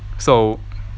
so